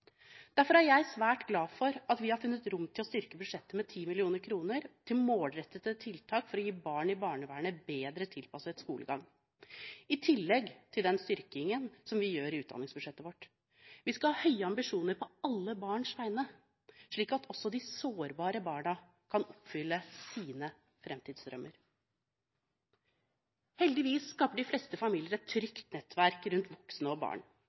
Derfor er jeg svært glad for at vi har funnet rom for å styrke budsjettet med 10 mill. kr til målrettede tiltak for å gi barn i barnevernet bedre tilpasset skolegang – i tillegg til den styrkingen vi gjør i utdanningsbudsjettet vårt. Vi skal ha høye ambisjoner på alle barns vegne, slik at også de sårbare barna kan oppfylle sine framtidsdrømmer. Heldigvis skaper de fleste familier et trygt nettverk rund voksne og barn,